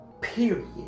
period